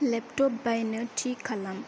laptop बायनो थि खालाम